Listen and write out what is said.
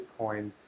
Bitcoin